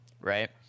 Right